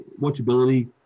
watchability